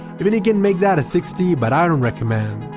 even you can make that a sixty but i don't recommend.